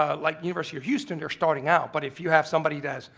ah like university of houston they're starting out, but if you have somebody does.